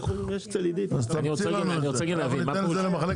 יש לך את המחקר הזה?